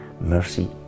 mercy